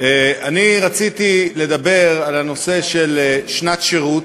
אני רציתי לדבר על הנושא של שנת שירות,